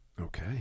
Okay